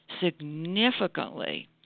significantly